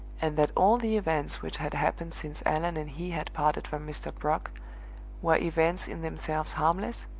and that all the events which had happened since allan and he had parted from mr. brock were events in themselves harmless,